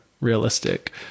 realistic